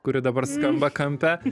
kuri dabar skamba kampe